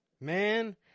man